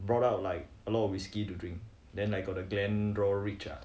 brought up like a lot of whisky to drink then I got a glendorich ah